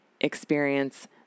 experience